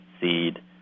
seed